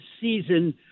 season